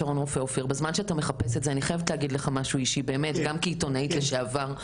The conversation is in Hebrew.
אני חייבת להגיד לך משהו אישי - גם כעיתונאית לשעבר.